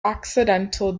accidental